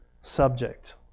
subject